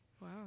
Wow